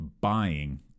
buying